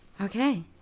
Okay